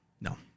No